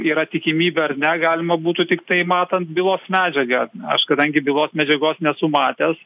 yra tikimybė ar ne galima būtų tiktai matant bylos medžiagą aš kadangi bylos medžiagos nesu matęs